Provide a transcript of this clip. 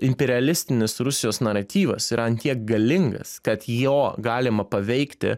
imperialistinis rusijos naratyvas yra ant tiek galingas kad jo galima paveikti